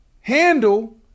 handle